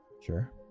Sure